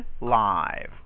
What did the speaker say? live